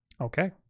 Okay